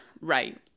right